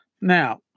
now